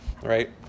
right